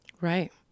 Right